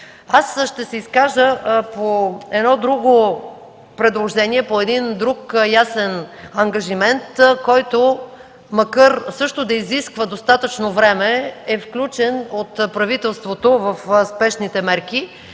Ще се изкажа по друго предложение, по един друг ясен ангажимент, който макар също да изисква достатъчно време, е включен от правителството в спешните мерки